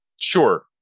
sure